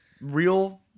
real